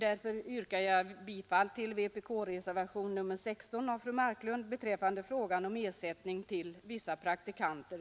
Jag yrkar därför bifall till reservationen 16 av fru Marklund som har en annan lösning beträffande frågan om ersättning till vissa praktikanter.